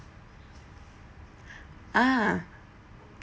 ah